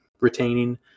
retaining